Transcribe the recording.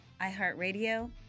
iHeartRadio